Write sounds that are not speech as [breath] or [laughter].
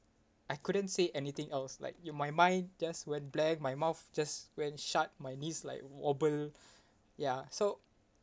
I couldn't say anything else like in my mind just went blank my mouth just when shut my knees like wobble [breath] ya so